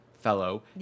fellow